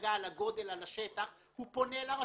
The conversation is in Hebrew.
השגה על גודל השלט, על השטח, הוא פונה לרשות.